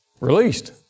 released